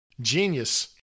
Genius